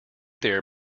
there